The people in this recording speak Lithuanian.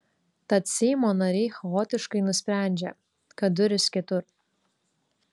tad seimo nariai chaotiškai nusprendžia kad durys kitur